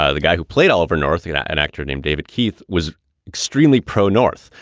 ah the guy who played all over northe that an actor named david keith was extremely pro-north.